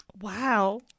Wow